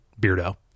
Beardo